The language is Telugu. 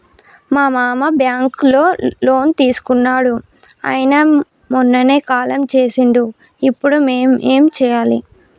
మా మామ బ్యాంక్ లో లోన్ తీసుకున్నడు అయిన మొన్ననే కాలం చేసిండు ఇప్పుడు మేం ఏం చేయాలి?